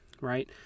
right